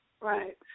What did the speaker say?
Right